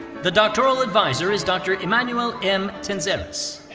the doctoral advisor is dr. emmanouil m. tentzeris.